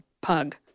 pug